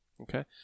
Okay